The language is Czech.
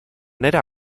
nedá